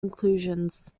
inclusions